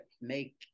make